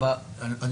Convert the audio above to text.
כרגע,